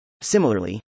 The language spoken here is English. Similarly